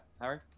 Harry